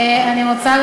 אני רוצה,